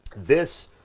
this